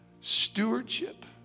stewardship